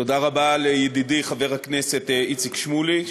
תודה רבה לידידי חבר הכנסת איציק שמולי,